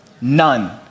None